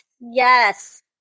Yes